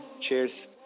cheers